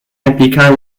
impliquant